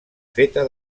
feta